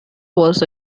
was